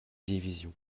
division